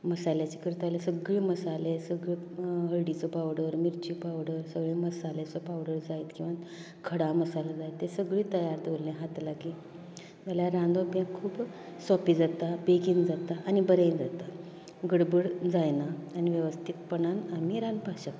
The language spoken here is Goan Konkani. मसाल्याचें करता जाल्यार सगले मसाले सगले हळदीचो पावडर मिरची पावडर सगले मसाल्याचे पावडर जायत किंवां खडा मसालो जाय ते सगली तयारी दवरले हाता लागीं जाल्यार रांदप हें खूब सोपें जाता बेगीन जाता आनी बरें जाता गडबड जायना आनी वेवस्थीतपणान आमी रांदपाक शकतात